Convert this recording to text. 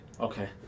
Okay